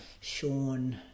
Sean